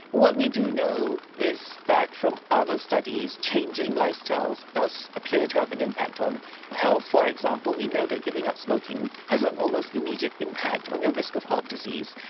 what we do know is that from other studies changing lifestyles does appear to have an impact on health. for example we know that giving up smoking has an almost immediate impact on your risk of heart disease.